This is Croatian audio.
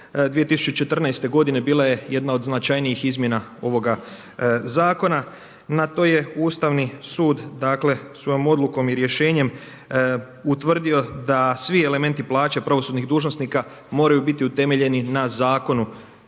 2014. godine bila je jedna od značajnijih izmjena ovoga zakona. Na to je Ustavni sud dakle svojom odlukom i rješenjem utvrdio da svi elementi plaće pravosudnih dužnosnika moraju biti utemeljeni na zakonu